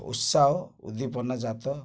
ଉତ୍ସାହ ଉଦୀପନା ଜାତ